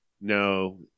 No